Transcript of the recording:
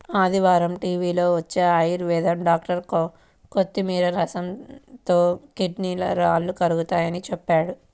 ఆదివారం టీవీలో వచ్చే ఆయుర్వేదం డాక్టర్ కొత్తిమీర రసంతో కిడ్నీలో రాళ్లు కరుగతాయని చెప్పాడు